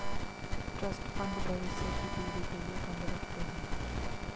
trust fund भविष्य की पीढ़ी के लिए फंड रखते हैं